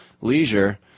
leisure